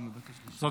זאת,